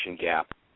gap